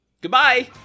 Goodbye